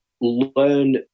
learn